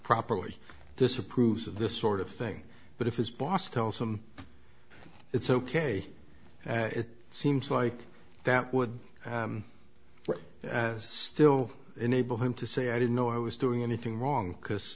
properly disapproves of this sort of thing but if his boss tells him it's ok and it seems like that would still enable him to say i didn't know i was doing anything wrong because